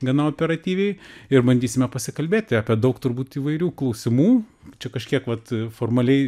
gana operatyviai ir bandysime pasikalbėti apie daug turbūt įvairių klausimų čia kažkiek vat formaliai